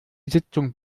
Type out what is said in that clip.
sitzung